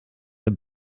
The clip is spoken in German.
der